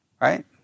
Right